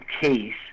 case